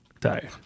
Tired